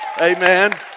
Amen